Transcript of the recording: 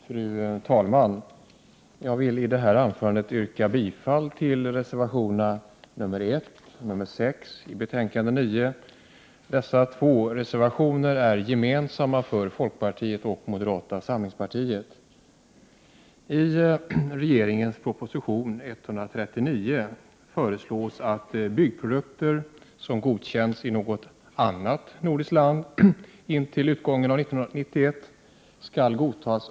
Fru talman! Jag vill börja med att yrka bifall till reservationerna 1 och 6 i bostadsutskottets betänkande 9. Dessa två reservationer är gemensamma för folkpartiet och moderaterna. som liknande produkter i Sverige. Propositionen skall uppenbarligen esssom ZON .